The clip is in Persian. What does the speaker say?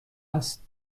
است